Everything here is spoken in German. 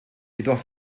jedoch